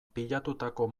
pilatutako